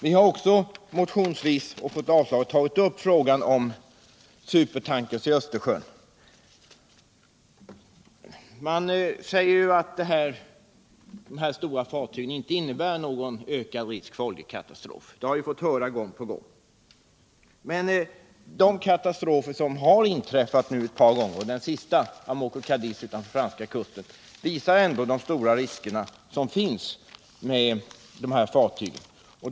Vi har också motionsvis tagit upp frågan om supertankrar i Östersjön men fått avslag på våra krav. Det anförs att de stora fartygen inte innebär någon ökad risk för oljekatastrofer. Det har vi fått höra gång på gång. Men de Om säkrare sjötransporter av olja Om säkrare sjötransporter av olja katastrofer som har inträffat ett par gånger — den senaste med Amoco Cadiz utanför franska kusten — visar ändå vilka stora risker som är förenade med de här fartygen.